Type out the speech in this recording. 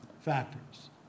factors